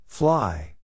Fly